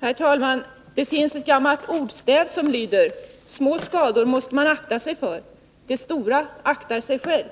Herr talman! Det finns ett gammalt ordstäv som lyder: Små skador måste man akta sig för, de stora aktar sig själva.